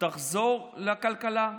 תחזור לכלכלה,